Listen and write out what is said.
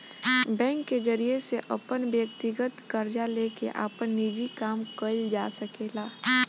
bank के जरिया से अपन व्यकतीगत कर्जा लेके आपन निजी काम कइल जा सकेला